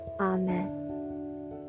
Amen